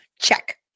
Check